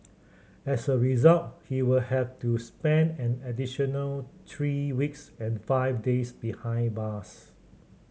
as a result he will have to spend an additional three weeks and five days behind bars